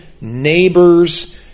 neighbors